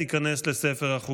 תשעה בעד, אין מתנגדים ואין נמנעים.